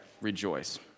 rejoice